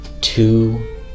two